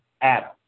Adam